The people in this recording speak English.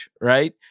right